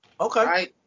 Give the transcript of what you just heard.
okay